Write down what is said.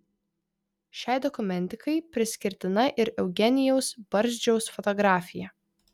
šiai dokumentikai priskirtina ir eugenijaus barzdžiaus fotografija